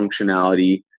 functionality